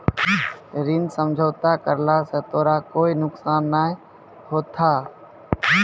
ऋण समझौता करला स तोराह कोय नुकसान नाय होथा